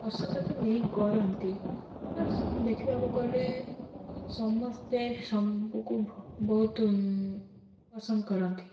ପସନ୍ଦ ବି ନେଇ କରନ୍ତି ବଟ ଦେଖିବାକୁ ଗଲେ ସମସ୍ତେ ସବୁକୁ ବହୁତ ପସନ୍ଦ କରନ୍ତି